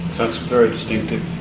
so it's very distinctive,